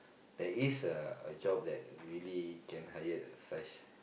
there is a a job that really can hired such